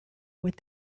with